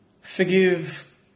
forgive